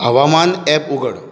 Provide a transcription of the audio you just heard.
हवमान app उगड